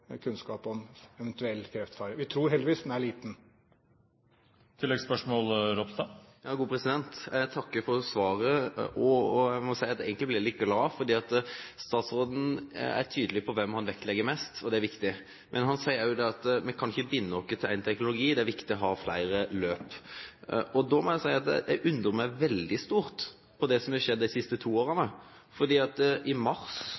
kunnskap om en eventuell kreftfare. Vi tror heldigvis at den er liten. Jeg takker for svaret. Jeg må si at jeg egentlig ble litt glad, for statsråden er tydelig på hvem han vektlegger mest, og det er viktig. Men han sier også at vi ikke kan binde oss til én teknologi; det er viktig å ha flere løp. Da må jeg si at jeg undrer meg veldig stort over det som er skjedd de siste to årene, for i mars